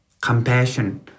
compassion